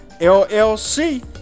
LLC